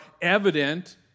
evident